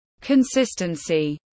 Consistency